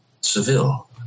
Seville